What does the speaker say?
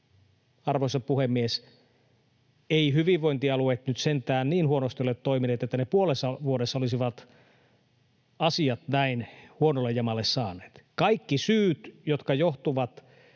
Arvoisa puhemies! Eivät hyvinvointialueet nyt sentään niin huonosti ole toimineet, että ne puolessa vuodessa olisivat asiat näin huonolle jamalle saaneet. Kaikki syyt, meillä